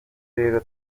rero